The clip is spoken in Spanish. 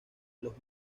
los